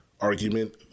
argument